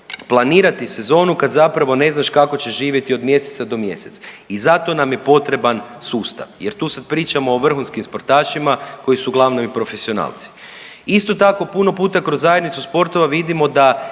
planirati sezonu kad zapravo ne znaš kako ćeš živjeti od mjeseca do mjeseca. I zato nam je potreban sustav jer tu sad pričamo o vrhunskim sportašima koji su uglavnom i profesionalci. Isto tako puno puta kroz zajednicu sportova vidimo da